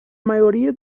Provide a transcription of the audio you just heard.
maioria